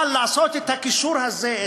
אבל לעשות את הקישור הזה,